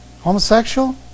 homosexual